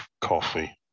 coffee